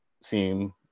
seem